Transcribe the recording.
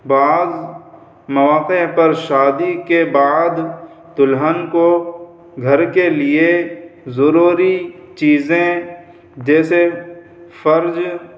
بعض مواقع پر شادی کے بعد دلہن کو گھر کے لیے ضروری چیزیں جیسے فرج